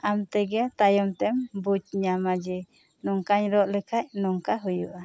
ᱟᱢ ᱛᱮᱜᱮ ᱛᱟᱭᱚᱢ ᱛᱮᱢ ᱵᱩᱡᱽ ᱧᱟᱢᱟ ᱡᱮ ᱱᱚᱝᱠᱟᱹᱧ ᱨᱚᱜ ᱞᱮᱠᱷᱟᱡ ᱱᱚᱝᱠᱟ ᱦᱩᱭᱩᱜ ᱟ